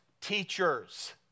teachers